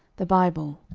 the bible,